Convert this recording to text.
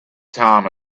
time